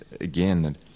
again